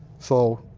so